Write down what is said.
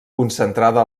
concentrada